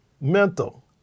Mental